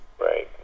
Right